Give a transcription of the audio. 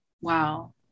wow